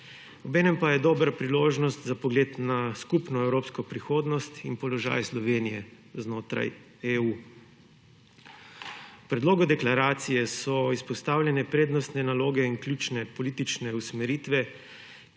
obenem pa je dobra priložnost za pogled na skupno evropsko prihodnost in položaj Slovenije znotraj EU. V predlogu deklaracije so izpostavljene prednostne naloge in ključne politične usmeritve,